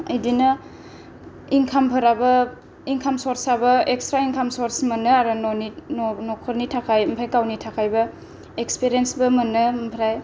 इदिनो इनखाम फोराबो इनखाम चर्स आबो इग्सट्रा इनखाम चर्स मोनो आरो न'नि नखरनि थाखाय गावनि थाखायबो इगसफिरियेन्स बो मोनो आमफराय